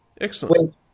Excellent